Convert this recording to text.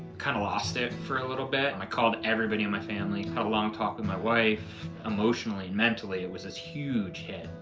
kinda lost it for a little bit and i called everybody in my family. had a long talk with my wife. emotionally, mentally, it was this huge hit.